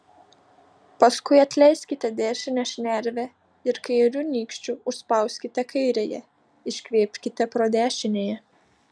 paskui atleiskite dešinę šnervę ir kairiu nykščiu užspauskite kairiąją iškvėpkite pro dešiniąją